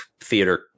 theater